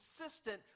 consistent